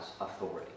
authority